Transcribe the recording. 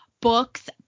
books